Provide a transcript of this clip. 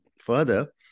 further